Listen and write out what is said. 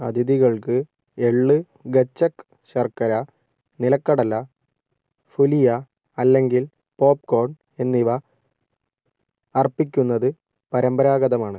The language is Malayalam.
അതിഥികൾക്ക് എള്ള് ഗച്ഛക്ക് ശർക്കര നിലക്കടല ഫുലിയ അല്ലെങ്കിൽ പോപ്കോൺ എന്നിവ അർപ്പിക്കുന്നത് പരമ്പരാഗതമാണ്